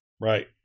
Right